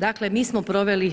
Dakle, mi smo proveli